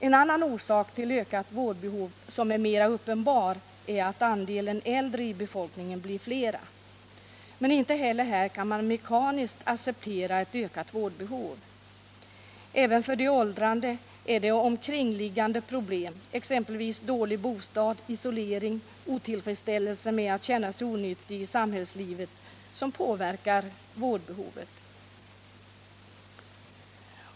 En annan orsak till ökat vårdbehov, som är mera uppenbar, är att andelen äldre i befolkningen blir större. Men inte heller här kan man mekaniskt acceptera ett ökat vårdbehov. Även för de åldrande är det omkringliggande problem —- exempelvis dålig bostad, isolering, otillfredsställelse med att känna sig onyttig i samhällslivet — som påverkar vårdbehovet.